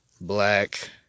Black